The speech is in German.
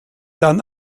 dann